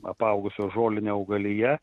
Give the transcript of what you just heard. apaugusios žoline augalija